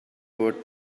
work